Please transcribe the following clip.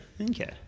Okay